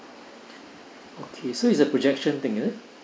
okay so is a projection thing is it